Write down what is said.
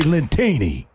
Lentini